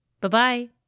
Bye-bye